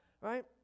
right